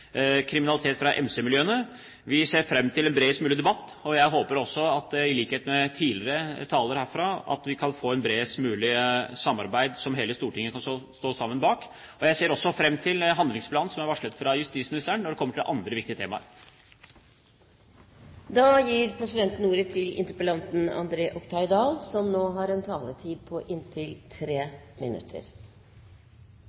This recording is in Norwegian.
kriminalitet fra MC-miljøene. Vi ser fram til en bredest mulig debatt, og jeg håper også i likhet med tidligere talere her at vi kan få et bredest mulig samarbeid som hele Stortinget kan stå sammen bak. Jeg ser også fram til handlingsplanen som er varslet fra justisministeren, når det kommer til andre viktige temaer. Det er gledelig å vite at de konservative ikke er ekstreme, selv om vi i Høyre kan få følelsen av det når enkelte på